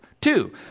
Two